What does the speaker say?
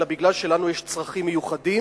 אלא בגלל שלנו יש צרכים מיוחדים